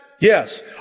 Yes